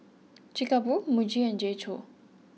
Chic A Boo Muji and J co